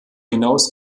hinaus